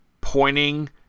pointing